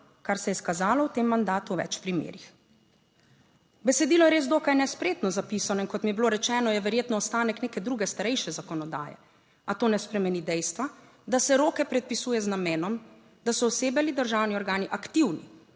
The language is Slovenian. Kar se je izkazalo v tem mandatu v več primerih. Besedilo je res dokaj nespretno zapisano in, kot mi je bilo rečeno, je verjetno ostanek neke druge, starejše zakonodaje, a to ne spremeni dejstva, da se roke predpisuje z namenom, da so osebe ali državni organi aktivni,